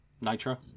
Nitro